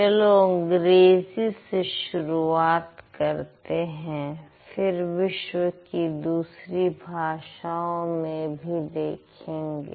चलो अंग्रेजी से शुरूआत करते हैं फिर विश्व की दूसरी भाषाओं में भी देखेंगे